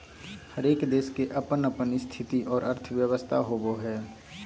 हरेक देश के अपन अपन स्थिति और अर्थव्यवस्था होवो हय